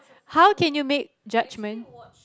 how can you make judgement